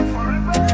Forever